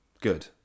good